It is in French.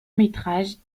métrages